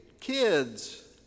Kids